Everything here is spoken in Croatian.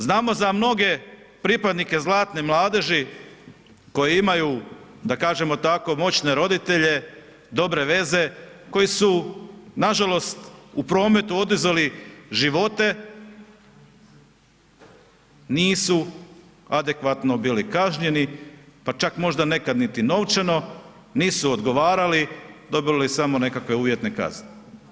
Znamo za mnoge pripadnike zlatne mladeži koji imaju da kažemo tako moćne roditelje, dobre veze koji su nažalost u prometu oduzeli živote, nisu adekvatno bili kažnjeni, pa čak možda nekad niti novčano, nisu odgovarali, dobili su samo nekakve uvjetne kazne.